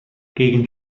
gegen